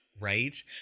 Right